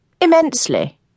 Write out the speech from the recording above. Immensely